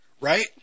right